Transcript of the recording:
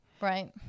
Right